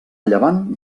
llevant